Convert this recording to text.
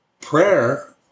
prayer